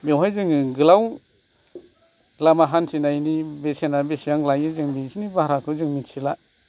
बेवहाय जोङो गोलाव लामा हान्थिनायनि बेसेना बेसेबां लायो जों बिसोरनि भाराखौ जों मिथिला